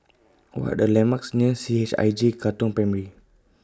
What Are The landmarks near C H I J Katong Primary